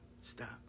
stop